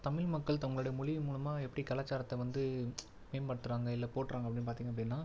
தமிழ் மக்கள் தங்களுடைய மொழியின் மூலமாக எப்படி கலாச்சாரத்தை வந்து மேம்படுத்துகிறாங்க இல்லை போற்றுகிறாங்க அப்படின்னு பார்த்தீங்க அப்படின்னா